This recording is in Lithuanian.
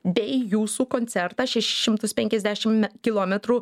bei jūsų koncertą šešis šimtus penkiasdešimt kilometrų